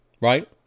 Right